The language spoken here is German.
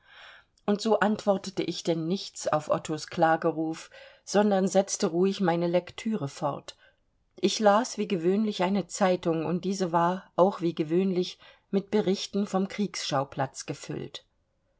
und so antwortete ich denn nichts auf ottos klageruf sondern setzte ruhig meine lektüre fort ich las wie gewöhnlich eine zeitung und diese war auch wie gewöhnlich mit berichten vom kriegsschauplatz gefüllt